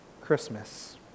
Christmas